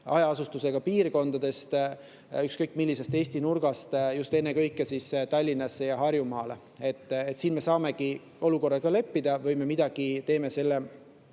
hajaasustusega piirkondadest, ükskõik millisest Eesti nurgast just ennekõike Tallinnasse ja Harjumaale. Me saame kas olukorraga leppida või me teeme selle